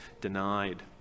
denied